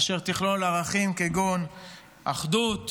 אשר תכלול ערכים כגון אחדות,